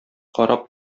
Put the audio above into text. карап